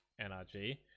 NRG